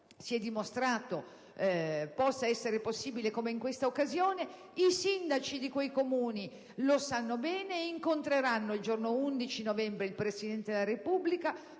si è dimostrato possibile come in questa occasione. I sindaci di quei Comuni lo sanno bene e incontreranno l'11 novembre prossimo il Presidente della Repubblica